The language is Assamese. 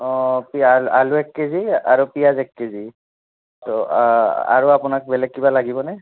অঁ পিঁয়াজ আলু এক কেজি আৰু পিঁয়াজ এক কেজি তো আৰু আপোনাক বেলেগ কিবা লাগিবনে